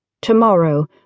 Tomorrow